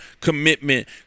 commitment